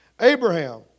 Abraham